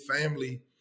family